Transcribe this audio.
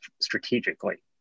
strategically